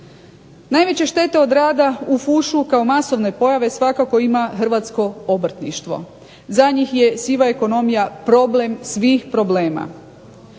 Najveća šteta od rada u fušu kao masovne pojave svakako ima hrvatsko obrtništvo. Za njih je siva ekonomija problem svih problema.